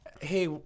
Hey